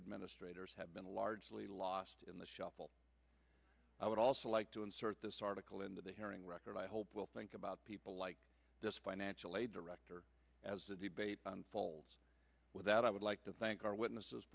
administrators have been largely lost in the shuffle i would also like to insert this article into the hearing record i hope will think about people like this financial aid director as the debate unfolds with that i would like to thank our witnesses